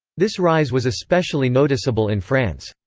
this rise was especially noticeable in france.